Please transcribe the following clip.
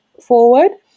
forward